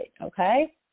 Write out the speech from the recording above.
okay